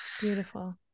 Beautiful